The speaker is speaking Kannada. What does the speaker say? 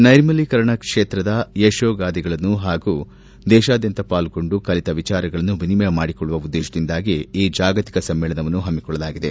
ನ್ಲೆರ್ಮಲೀಕರಣ ಕ್ಷೇತ್ರದ ಯಶೋಗಾಳೆಗಳನ್ನು ಹಾಗೂ ದೇಶಾದ್ಯಂತ ಪಾಲ್ಗೊಂಡು ಕಲಿತ ವಿಚಾರಗಳನ್ನು ವಿನಿಮಯ ಮಾಡಿಕೊಳ್ಳುವ ಉದ್ದೇಶದಿಂದಾಗಿ ಈ ಜಾಗತಿಕ ಸಮ್ಮೇಳನವನ್ನು ಹಮ್ಮಿಕೊಳ್ಳಲಾಗಿದೆ